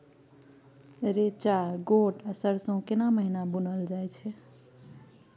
रेचा, गोट आ सरसो केना महिना बुनल जाय छै?